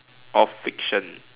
of fiction